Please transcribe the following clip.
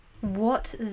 What